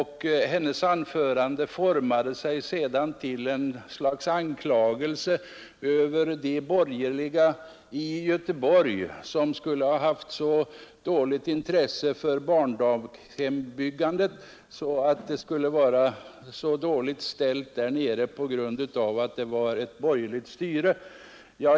Hennes anförande formade sig sedan till ett slags anklagelse mot de borgerliga i Göteborg, som skulle ha haft ringa intresse för byggandet av barndaghem, och hon sade att det i Göteborg skulle vara däligt ställt på grund av att styrelsen där var borgerlig.